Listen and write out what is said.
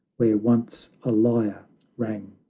where once a lyre rang!